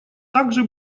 также